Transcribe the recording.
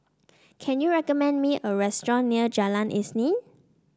can you recommend me a restaurant near Jalan Isnin